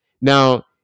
Now